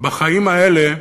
בחיים האלה,